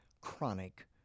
chronic